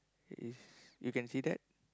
is you can see that